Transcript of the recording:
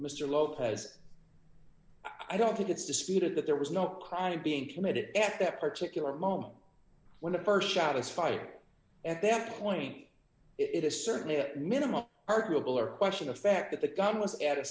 mr lopez i don't think it's disputed that there was no crime being committed at that particular moment when the bird shot his fight at that point it is certainly a minimal arguable or question of fact that the gun was a